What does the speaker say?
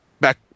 back